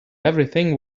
everything